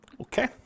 Okay